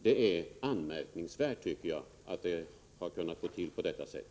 Det är anmärkningsvärt, tycker jag, att det har kunnat gå till på detta sätt.